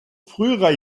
früherer